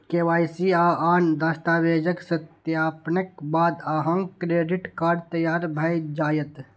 KYC आ आन दस्तावेजक सत्यापनक बाद अहांक क्रेडिट कार्ड तैयार भए जायत